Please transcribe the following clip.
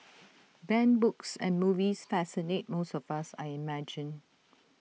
banned books and movies fascinate most of us I imagine